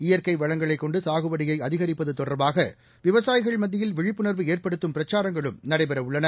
இயற்கை வளங்களைக் கொண்டு சாகுபடியை அதிகரிப்பது தொடர்பாக விவசாயிகள் மத்தியில் விழிப்புணர்வு ஏற்படுத்தும் பிரச்சாரங்களும் நடைபெறவுள்ளன